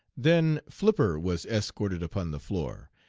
then flipper was escorted upon the floor,